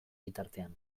bitartean